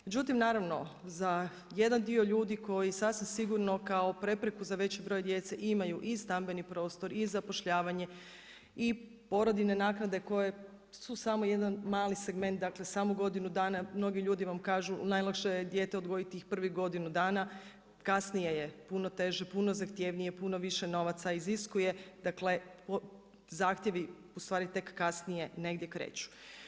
Međutim naravno za jedan dio ljudi koji sasvim sigurno kao prepreku za veći broj djece imaju i stambeni prostor i zapošljavanje i porodiljne naknade koje su samo jedan mali segment, dakle samo godinu dana, mnogi ljudi vam kažu najlakše je dijete odgojiti tih prvih godinu dana, kasnije je puno teže, puno zahtjevnije, puno više novaca iziskuje, dakle, zahtjevi ustvari tek kasnije negdje kreću.